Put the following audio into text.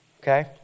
Okay